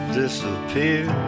disappear